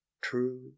True